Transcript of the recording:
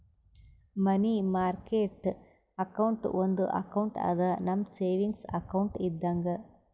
ಮನಿ market account ಒಂದು account ಅದಾ, ನಮ್ ಸೇವಿಂಗ್ಸ್ ಅಕೌಂಟ್ ಇದ್ದಂಗ